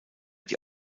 die